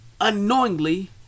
Unknowingly